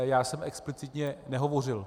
Já jsem explicitně nehovořil.